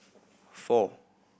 four